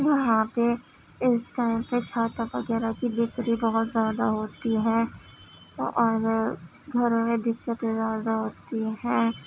وہاں پہ اس ٹائم پہ چھاتا وغیرہ کی بکری بہت زیادہ ہوتی ہے اور گھروں میں دکتیں زیادہ ہوتی ہے